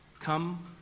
Come